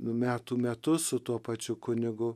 nu metų metus su tuo pačiu kunigu